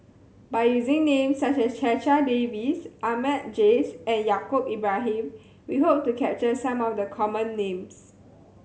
by using names such as Checha Davies Ahmad Jais and Yaacob Ibrahim we hope to capture some of the common names